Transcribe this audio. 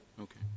Okay